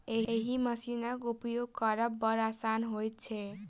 एहि मशीनक उपयोग करब बड़ आसान होइत छै